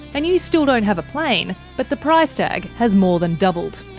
and you still don't have a plane, but the price tag has more than doubled.